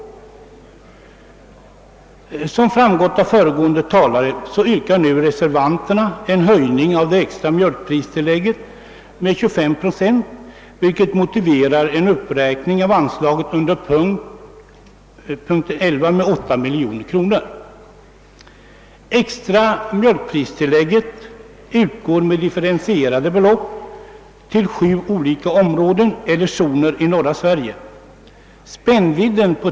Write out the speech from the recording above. Såsom har framgått av föregående anförande yrkar reservanterna nu en höjning av det extra mjölkpristillägget med 25 procent, vilket kräver en uppräkning av anslaget under punkt 11 med 8 miljoner kronor. Det extra mjölkpristillägget utgår med differentierade belopp till sju olika zoner i norra Sverige.